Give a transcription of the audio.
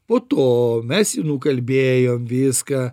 po to mes jį nukalbėjom viską